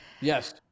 Yes